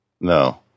No